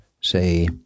say